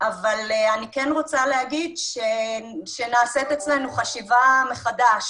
אבל אני כן רוצה להגיד שנעשית אצלנו חשיבה מחדש